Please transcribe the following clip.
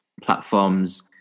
platforms